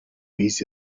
his